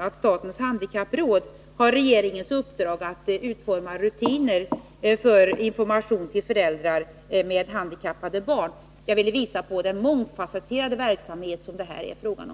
har statens handikappråd fått regeringens uppdrag att utforma rutiner för information till föräldrar med handikappade barn. Jag har med detta velat visa vilken mångfasetterad verksamhet det här är fråga om.